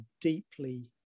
deeply